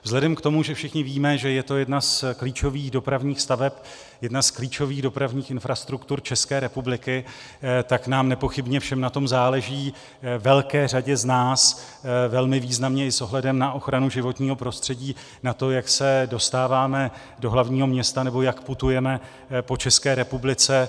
Vzhledem k tomu, že všichni víme, že je to jedna z klíčových dopravních staveb, jedna z klíčových dopravních infrastruktur České republiky, tak nám nepochybně všem záleží, velké řadě z nás velmi významně i s ohledem na ochranu životního prostředí, na tom, jak se dostáváme do hlavního města nebo jak putujeme po České republice.